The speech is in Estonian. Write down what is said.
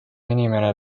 inimene